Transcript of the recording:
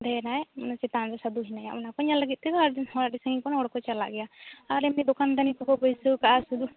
ᱫᱷᱮᱭᱟᱱᱟᱭ ᱢᱟᱱᱮ ᱪᱮᱛᱟᱱ ᱨᱮ ᱥᱟᱫᱷᱩ ᱦᱮᱱᱟᱭᱟ ᱚᱱᱟ ᱠᱚ ᱧᱮ ᱞᱟᱹᱜᱤᱫ ᱛᱮ ᱟᱹᱰᱤ ᱥᱟᱹᱜᱤᱧ ᱠᱷᱚᱱ ᱦᱚᱲ ᱠᱚ ᱪᱟᱞᱟᱜ ᱜᱮᱭᱟ ᱟᱨ ᱮᱢᱱᱤ ᱫᱚᱠᱟᱱ ᱫᱟᱹᱱᱤ ᱠᱚ ᱠᱚ ᱵᱟᱹᱭᱥᱟᱹᱣ ᱠᱟᱜᱼᱟ